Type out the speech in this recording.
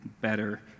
better